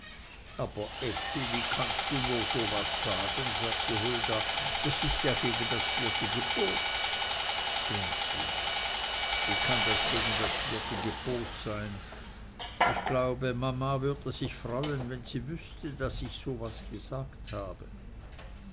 aber effi wie kannst du nur so was sagen sagte hulda das ist ja gegen das vierte gebot unsinn wie kann das gegen das vierte gebot sein ich glaube mama würde sich freuen wenn sie wüßte daß ich so was gesagt habe